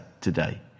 today